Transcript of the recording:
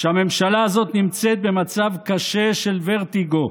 שהממשלה הזאת נמצאת במצב קשה של ורטיגו,